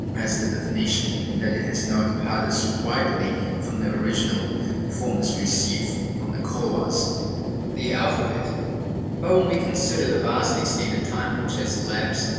as did the phoenician, that it has not departed so widely from the original forms received from the colhuas. the alphabet but when we consider the vast extent of time which has elapsed,